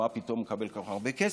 מה פתאום מקבל כל כך הרבה כסף?